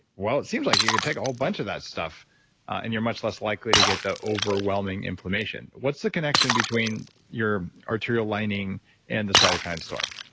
it seems like you could take all bunch of that stuff and you're much less likely to get the overwhelming inflammation. what's the connection between your arterial lining and the cytokine storm?